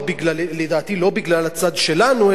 לדעתי לא בגלל הצד שלנו,